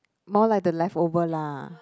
more like the leftover lah